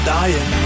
dying